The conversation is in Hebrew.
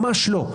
ממש לא.